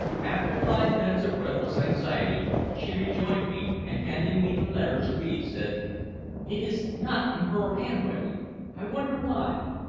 after five minutes of breathless anxiety she rejoined me, and handing me the letter to read, said it is not in her handwriting i wonder why?